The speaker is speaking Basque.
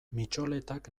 mitxoletak